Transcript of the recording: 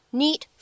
neat